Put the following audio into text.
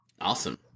Awesome